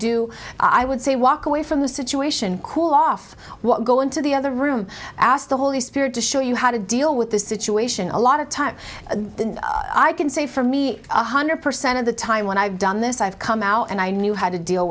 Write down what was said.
do i would say walk away from the situation cool off what go into the other room ask the holy spirit to show you how to deal with this situation a lot of times i can say for me one hundred percent of the time when i've done this i've come out and i knew how to deal